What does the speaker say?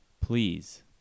Please